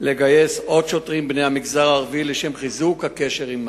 לגייס עוד שוטרים בני המגזר הערבי לשם חיזוק הקשר עמם.